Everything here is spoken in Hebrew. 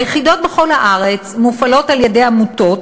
היחידות בכל הארץ מופעלות על-ידי עמותות,